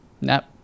nap